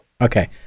okay